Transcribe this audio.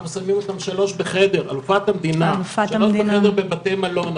אנחנו שמים אותן שלוש בחדר בבתי מלון,